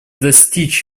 достичь